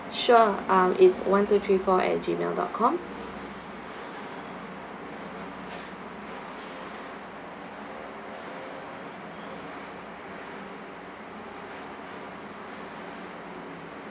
sure um it's one two three four at G mail dot com